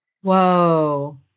whoa